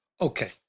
Okay